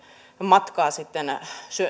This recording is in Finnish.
matkaa